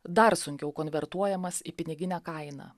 dar sunkiau konvertuojamas į piniginę kainą